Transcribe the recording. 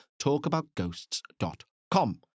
talkaboutghosts.com